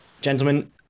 gentlemen